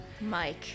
Mike